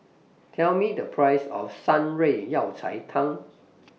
Tell Me The Price of Shan Rui Yao Cai Tang